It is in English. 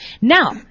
Now